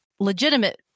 legitimate